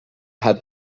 had